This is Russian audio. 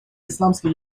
исламской